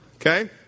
Okay